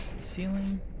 Ceiling